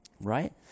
right